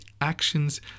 actions